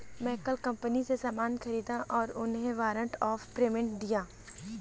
मैं कल कंपनी से सामान ख़रीदा और उन्हें वारंट ऑफ़ पेमेंट दिया